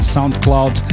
SoundCloud